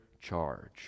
charge